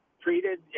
treated